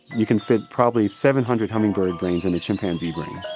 you can fit probably seven hundred humming bird brains in a chimpanzee brain.